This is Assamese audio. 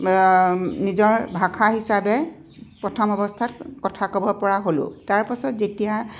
নিজৰ ভাষা হিচাপে প্ৰথম অৱস্থাত কথা ক'ব পৰা হ'লোঁ তাৰপাছত যেতিয়া